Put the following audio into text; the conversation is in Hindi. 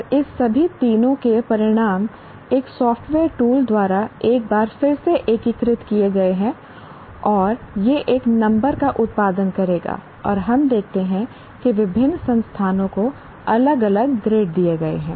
और इस सभी तीनों के परिणाम एक सॉफ्टवेयर टूल द्वारा एक बार फिर से एकीकृत किए गए हैं और यह एक नंबर का उत्पादन करेगा और हम देखते हैं कि विभिन्न संस्थानों को अलग अलग ग्रेड दिए गए हैं